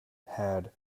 had